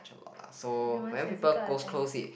alot lah so whenever people goes close it